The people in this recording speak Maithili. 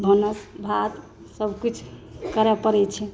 भानस भात सभ कुछ करय परै छै